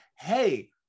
hey